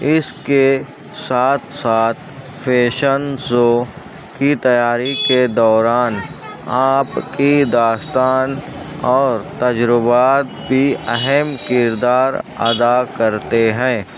اس کے ساتھ ساتھ فیشن شو کی تیاری کے دوران آپ کی داستان اور تجربات بھی اہم کردار ادا کرتے ہیں